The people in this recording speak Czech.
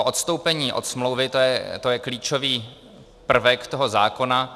Odstoupení od smlouvy je klíčový prvek toho zákona.